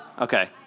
Okay